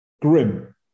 grim